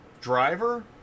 driver